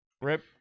Rip